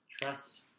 trust